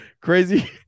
Crazy